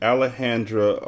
Alejandra